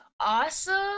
awesome